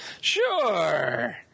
Sure